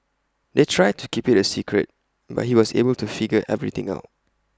they tried to keep IT A secret but he was able to figure everything out